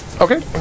Okay